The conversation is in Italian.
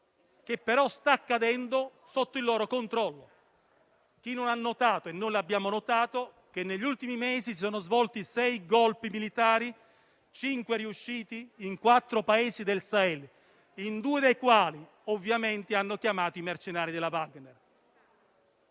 che però sta cadendo sotto il loro controllo. Chi non ha notato (noi lo abbiamo notato) che negli ultimi mesi si sono svolti sei *golpe* militari, di cui cinque riusciti, in quattro Paesi del Sahel, in due dei quali ovviamente hanno chiamato i mercenari della Wagner?